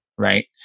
right